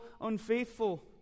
unfaithful